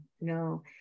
no